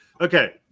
Okay